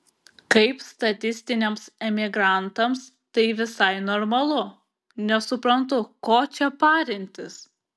kaip statistiniams emigrantams tai visai normalu nesuprantu ko čia parintis